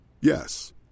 Yes